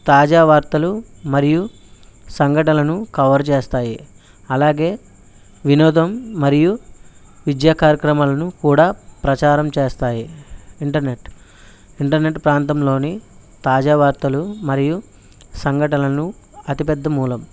తాజా వార్తలు మరియు సంఘటనలను కవర్ చేస్తాయి అలాగే వినోదం మరియు విద్యా కార్యక్రమాలను కూడా ప్రచారం చేస్తాయి ఇంటర్నెట్ ఇంటర్నెట్ ప్రాంతంలోని తాజా వార్తలు మరియు సంఘటనలను అతి పెద్ద మూలం